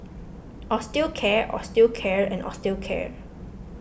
Osteocare Osteocare and Osteocare